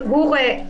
גור,